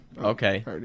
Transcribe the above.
Okay